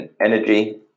energy